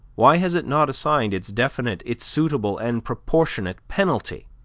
why has it not assigned its definite, its suitable and proportionate, penalty?